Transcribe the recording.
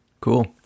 Cool